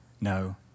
No